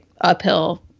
uphill